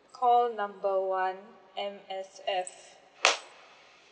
call number one M_S_F